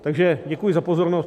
Takže děkuji za pozornost.